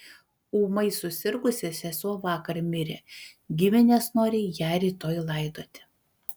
ūmai susirgusi sesuo vakar mirė giminės nori ją rytoj laidoti